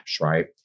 Right